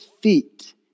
feet